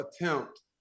attempt